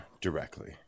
directly